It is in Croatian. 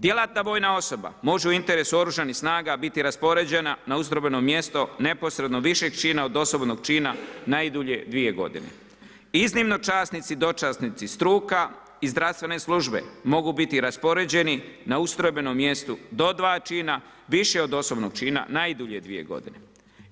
Djelatna vojna osoba, može u interesu oružanih snaga biti raspoređena na … mjesto neposredno višeg čina od osobnog čina najdulje 2 g. Iznimna časnici i dočasnici, struka i zdravstvene službe mogu biti raspoređeni na ustrojbeno mjestu do 2 čina, viši od osobnog čina, najdulje 2 g.